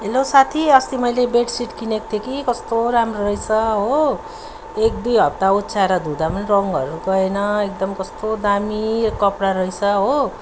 hello साथी अस्ति मैले बेड सिट किनेको थिएँ कि कस्तो राम्रो रहेछ हो एक दुई हप्ता ओछ्याएर धुँदा पनि रङहरू गएन एकदम कस्तो दामी कपडा रहेछ हो